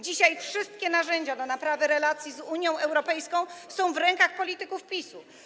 Dzisiaj wszystkie narzędzia do naprawy relacji z Unią Europejską są w rękach polityków PiS-u.